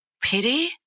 pity